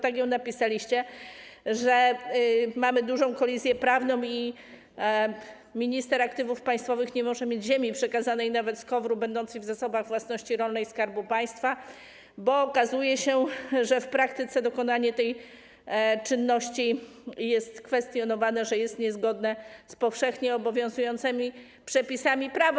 Tak ją napisaliście, że mamy dużą kolizję prawną i minister aktywów państwowych nie może mieć nawet z KOWR-u przekazanej ziemi będącej w zasobach własności rolnej Skarbu Państwa, bo okazuje się, że w praktyce dokonanie tej czynności jest kwestionowane, jest niezgodne z powszechnie obowiązującymi przepisami prawa.